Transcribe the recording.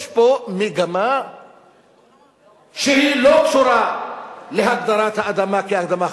יש פה מגמה שהיא לא קשורה להגדרת האדמה כאדמה חקלאית,